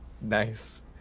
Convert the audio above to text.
Nice